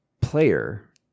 player